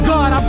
God